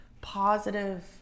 positive